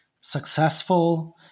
successful